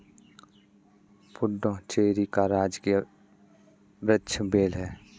पुडुचेरी का राजकीय वृक्ष बेल है